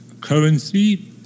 currency